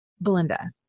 Belinda